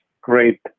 Great